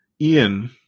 Ian